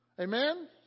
Amen